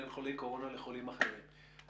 בין חולי קורונה לחולים אחרים.